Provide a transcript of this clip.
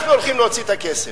אנחנו הולכים להוציא את הכסף.